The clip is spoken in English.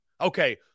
okay